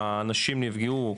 האנשים נפגעו,